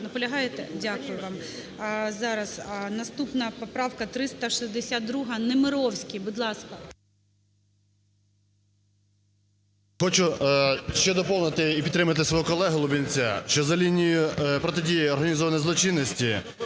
Хочу ще доповнити і підтримати свого колегу Лубінця, що за лінією протидії організованій злочинності